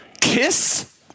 Kiss